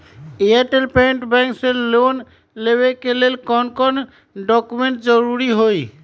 Airtel payments bank से loan लेवे के ले कौन कौन डॉक्यूमेंट जरुरी होइ?